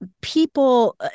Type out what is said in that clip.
people